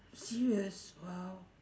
serious !wow!